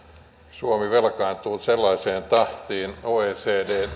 suomi velkaantuu nyt sellaiseen tahtiin oecd